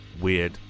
weird